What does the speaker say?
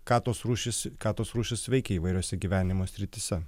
ką tos rūšys ką tos rūšys veikė įvairiose gyvenimo srityse